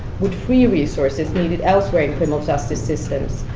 would free resources needed elsewhere in criminal justice systems,